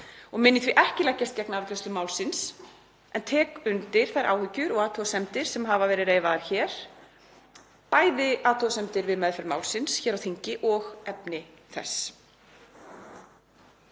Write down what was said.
og mun því ekki leggjast gegn afgreiðslu málsins en tek undir þær áhyggjur og athugasemdir sem hafa verið reifaðar hér, bæði athugasemdir við meðferð málsins hér á þingi og efni þess.